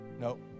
nope